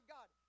God